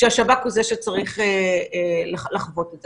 לדיון הזה שהשב"כ הוא זה שצריך לעשות את זה.